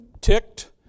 ticked